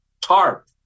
TARP